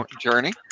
journey